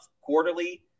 quarterly